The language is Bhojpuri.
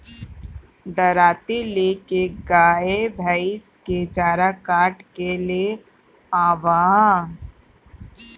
दराँती ले के गाय भईस के चारा काट के ले आवअ